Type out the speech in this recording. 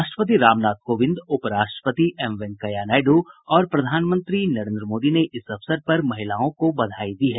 राष्ट्रपति रामनाथ कोविंद उपराष्ट्रपति एम वैंकेया नायडू और प्रधानमंत्री नरेन्द्र मोदी ने इस अवसर पर महिलाओं को बधाई दी है